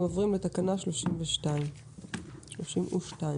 תקנה 31 אושרה פה-אחד.